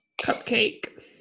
Cupcake